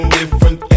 different